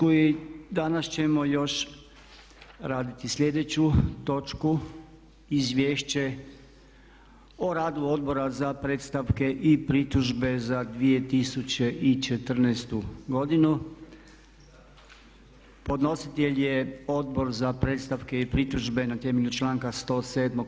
I danas ćemo još raditi sljedeću točku: - Izvješće o radu Odbora za predstavke i pritužbe za 2014. godinu Podnositelj: Odbor za predstavke i pritužbe Na temelju članka 107.